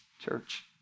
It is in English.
church